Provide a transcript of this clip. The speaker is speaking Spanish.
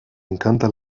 encanta